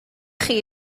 chi